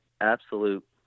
absolute